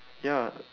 ya